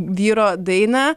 vyro dainą